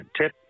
tip